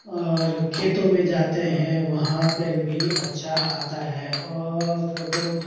اور کھیتوں میں جاتے ہیں وہاں پر بھی اچھا آتا ہے اور فوٹو